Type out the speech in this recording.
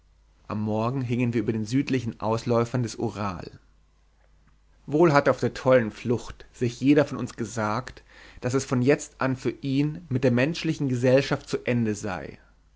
am morgen hingen wir über den südlichen ausläufern des ural wohl hatte bei der tollen flucht sich jeder von uns gesagt daß es von jetzt an für ihn mit der menschlichen gesellschaft zu ende sei